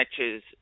matches